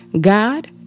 God